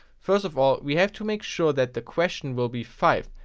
first of all, we have to make sure, that the question will be five,